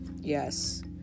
yes